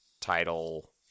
title